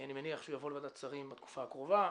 אני מניח שהוא יבוא לוועדת שרים בתקופה הקרובה.